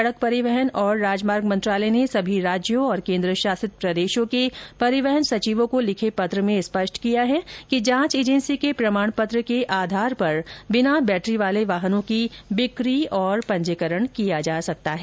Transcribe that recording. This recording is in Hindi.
सड़क परिवहन और राजमार्ग मंत्रालय ने सभी राज्यों और केन्द्र शासित प्रदेशों के परिवहन सचिवों को लिखे पत्र में स्पष्ट किया है कि जांच एजेंसी के प्रमाण पत्र के आधार पर बिना बेट्री वाले वाहनों की बिक्री और पंजीकरण किया जा सकता है